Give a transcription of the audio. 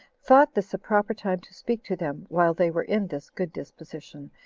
thought this a proper time to speak to them, while they were in this good disposition,